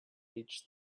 reached